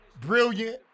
brilliant